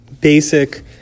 basic